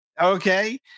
okay